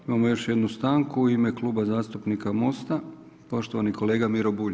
Imamo još jednu stanku u ime Kluba zastupnika MOST-a, poštovani kolega Miro Bulj.